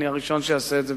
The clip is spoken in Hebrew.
אני הראשון שאעשה זאת בשמחה.